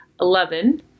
Eleven